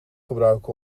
gebruiken